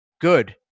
good